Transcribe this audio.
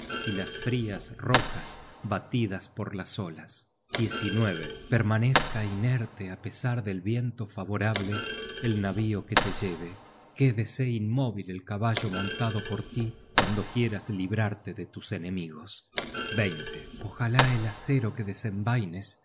y las frías rocas batidas por las olas permanezca inerte á pesar del viento favorable el navío que te lleve quédese inmóvil el caballo montado por tí cuando quieras librarte de tus enemigos ojalá el acero que desenvaines